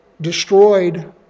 destroyed